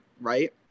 right